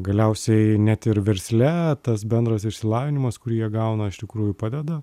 galiausiai net ir versle tas bendras išsilavinimas kurį jie gauna iš tikrųjų padeda